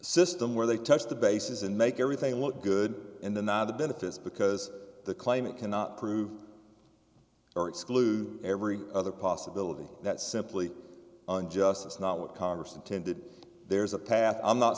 system where they touch the bases and make everything look good and then the benefits because the claimant cannot prove or exclude every other possibility that simply unjust is not what congress intended there's a path i'm not